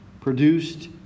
produced